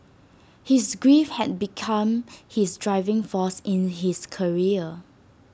his grief had become his driving force in his career